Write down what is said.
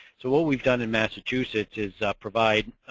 so, what we've done in massachusetts is provide